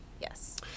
yes